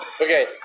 Okay